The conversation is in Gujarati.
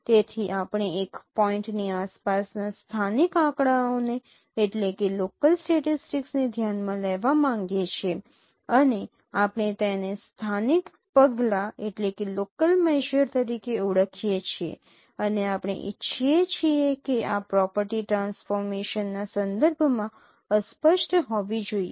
તેથી આપણે એક પોઈન્ટની આસપાસના સ્થાનિક આંકડાઓ ને ધ્યાનમાં લેવા માંગીએ છીએ અને આપણે તેને સ્થાનિક પગલા તરીકે ઓળખીએ છીએ અને આપણે ઇચ્છીએ છીએ કે આ પ્રોપર્ટી ટ્રાન્સફોર્મેશનના સંદર્ભ માં અસ્પષ્ટ હોવી જોઈએ